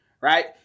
right